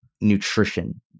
nutrition